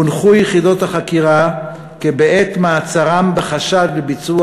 הונחו יחידות החקירה כי בעת מעצרם בחשד לביצוע